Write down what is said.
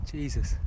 Jesus